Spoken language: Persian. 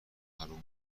حروم